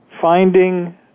finding